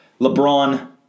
LeBron